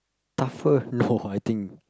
tougher no I think